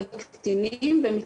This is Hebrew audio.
ובפועל מאוד מאוד קל לקטינים בישראל,